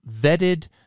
vetted